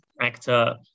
Actor